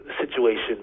situation